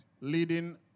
leading